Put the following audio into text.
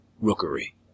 Rookery